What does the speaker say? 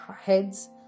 heads